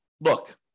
look